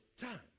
time